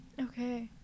Okay